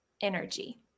energy